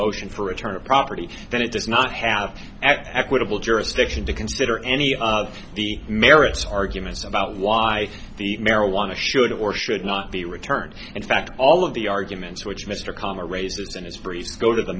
motion for return of property then it does not have equitable jurisdiction to consider any of the merits arguments about why the marijuana should or should not be returned in fact all of the arguments which mr connor raises in his phrase go to the